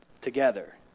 together